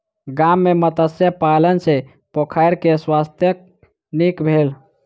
गाम में मत्स्य पालन सॅ पोखैर के स्वास्थ्य नीक भेल